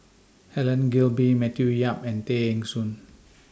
Helen Gilbey Matthew Yap and Tay Eng Soon